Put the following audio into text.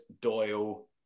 Doyle